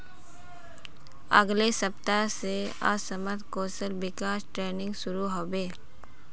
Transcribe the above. अगले सप्ताह स असमत कौशल विकास ट्रेनिंग शुरू ह बे